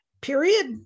period